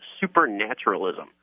supernaturalism